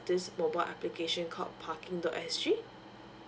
this mobile application called parking dot s g